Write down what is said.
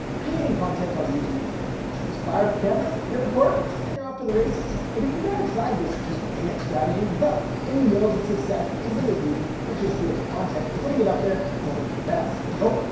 creating content on youtube is easy. just fire up the camera, hit record and you're off to the races but if you've ever tried this just win it strategy, well, then you know that success isn't as easy as just creating content, putting it up there and hoping for the best. nope,